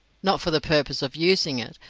not for the purpose of using it,